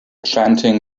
chanting